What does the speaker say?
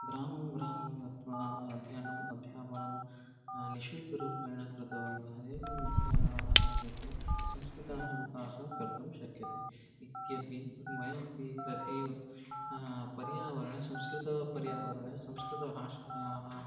ग्रामं ग्रामं गत्वा अध्ययनम् अध्यापनं निशुल्करूपेण कृतवन्तः एवं मुख्यः आभारिकतया संस्कृतस्य विकासं कर्तुं शक्यते इत्यपि वयमपि तथैव पर्यावरणं संस्कृतपर्यावरणे संस्कृतभाषायाः